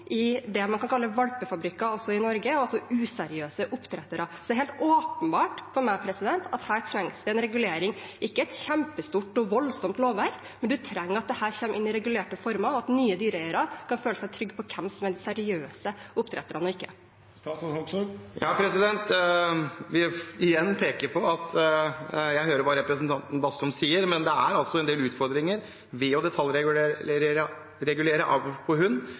man kan kalle valpefabrikker i Norge, altså useriøse oppdrettere. Det er helt åpenbart for meg at her trengs det en regulering, ikke et kjempestort og voldsomt lovverk, men dette trenger å komme inn i regulerte former, så nye dyreeiere kan føle seg trygg på hvem som er seriøse oppdrettere og ikke. Jeg vil igjen peke på at jeg hører hva representanten Bastholm sier, men det er en del utfordringer ved å detaljregulere avl på